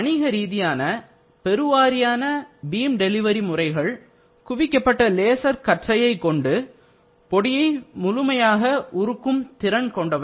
வணிகரீதியான பெருவாரியான beam delivery முறைகள் குவிக்கப்பட்ட லேசர் கற்றையை கொண்டு பொடியை முழுமையாக உருக்கும் திறன் கொண்டவை